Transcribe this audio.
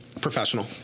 professional